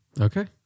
Okay